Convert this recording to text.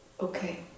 Okay